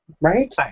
Right